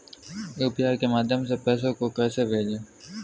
UPI के माध्यम से पैसे को कैसे भेजें?